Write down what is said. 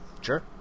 sure